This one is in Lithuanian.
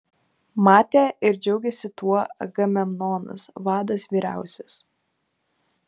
matė ir džiaugėsi tuo agamemnonas vadas vyriausias